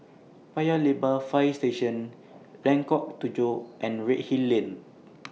Paya Lebar Fire Station Lengkok Tujoh and Redhill Lane